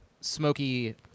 smoky